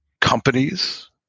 companies